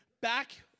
back